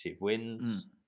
wins